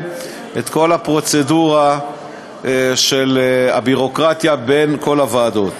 את כל הפרוצדורה של הביורוקרטיה בין כל הוועדות.